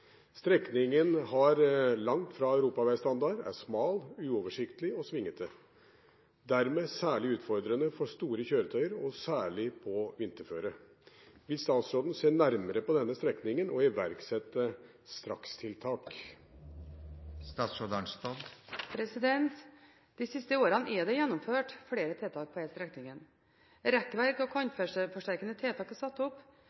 Strekningen har langt fra europaveistandard, er smal, uoversiktlig og svingete, og dermed særlig utfordrende for store kjøretøyer, særlig på vinterføre. Vil statsråden se nærmere på denne strekningen og iverksette strakstiltak?» De siste årene er det gjennomført flere tiltak på denne strekningen. Rekkverk og kantforsterkende tiltak er satt opp,